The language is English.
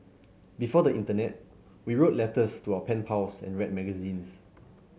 before the internet we wrote letters to our pen pals and read magazines